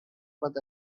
but